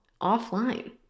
offline